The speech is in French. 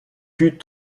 put